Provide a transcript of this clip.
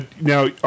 now